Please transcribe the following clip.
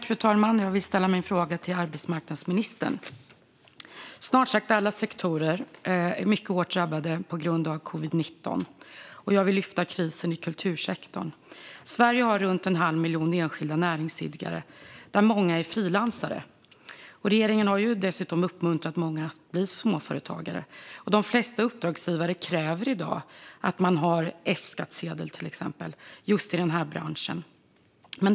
Fru talman! Jag vill ställa min fråga till arbetsmarknadsministern. Snart sagt alla sektorer är mycket hårt drabbade på grund av covid-19, men jag vill lyfta upp krisen inom kultursektorn. Sverige har runt en halv miljon enskilda näringsidkare, varav många frilansare. Regeringen har dessutom uppmuntrat många att bli småföretagare. De flesta uppdragsgivare kräver i dag att man har till exempel F-skattsedel, just i denna bransch.